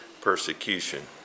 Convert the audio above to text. persecution